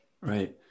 Right